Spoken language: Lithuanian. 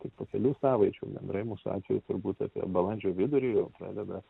tik po kelių savaičių gandrai mūsų atveju turbūt apie balandžio vidurį jau pradeda